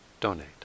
donate